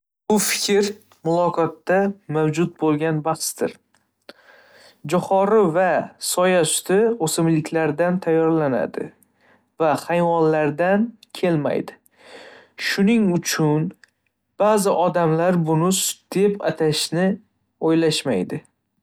Bu fikr muloqotda mavjud bo'lgan bahsdir. Jo'xori va soya suti o'simliklardan tayyorlanadi va hayvonlardan kelmaydi, shuning uchun ba'zi odamlar buni sut deb atashni o'ylashmaydi.